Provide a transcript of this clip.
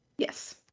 Yes